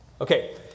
okay